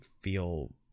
feel